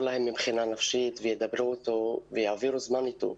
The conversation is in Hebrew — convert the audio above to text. להם מבחינה נפשית וידברו איתו ויעבירו זמן איתו.